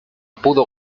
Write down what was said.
pudo